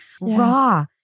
raw